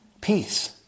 Peace